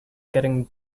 getting